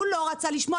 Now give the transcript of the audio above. הוא לא רצה לשמוע,